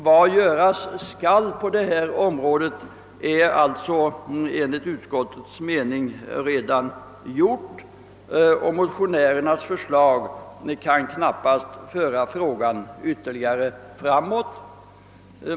Vad göras skall på detta område är alltså enligt utskottets mening redan gjort. Motionärernas förslag kan knappast föra frågan ytterligare framåt.